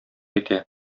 итә